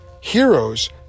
heroes